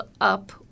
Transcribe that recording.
up